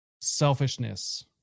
selfishness